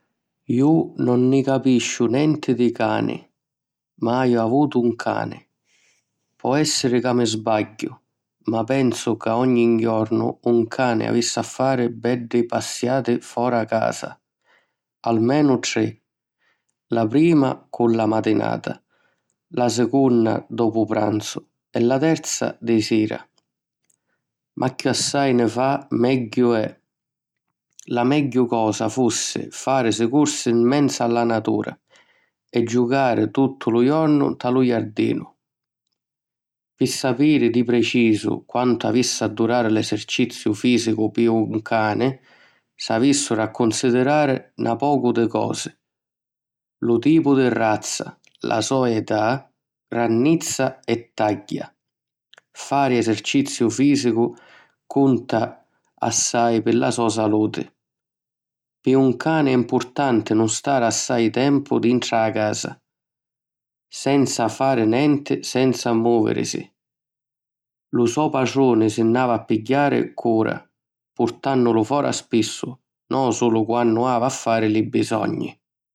Ju nun nni capisciu nenti di cani. Mai avutu un cani. Po èssiri ca mi sbagghiu, ma pensu ca ogni jornu un cani avissi a fari beddi passiati fora casa; almenu tri: la prima cu la matinata, la secunna dopu pranzu e la terza di sira. Ma chiossai nni fa, megghiu è. La megghiu cosa fussi fàrisi cursi 'n menzu la natura e jucari tuttu lu jornu nta lu jardinu. Pi sapiri di precisu quantu avissi a durari l'eserciziu fìsicu pi un cani, s'avìssiru a cunsidirari na pocu di cosi: lu tipu di razza, la so età, grannizza e tagghia. Fari eserciziu fìsicu cunta assai pi la so saluti. Pi un cani è mpurtanti nun stari assai tempu dintra â casa, senza fari nenti, senza mòvirisi. Lu so patruni si nn'havi a pigghiari cura purtànnulu fora spissu, no sulu quannu havi a fari li bisogni.